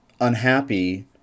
unhappy